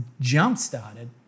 jump-started